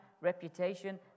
reputation